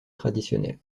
traditionnel